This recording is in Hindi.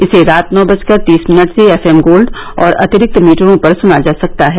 इसे रात नौ बजकर तीस मिनट से एफएम गोल्ड और अतिरिक्त मीटरों पर सुना जा सकता है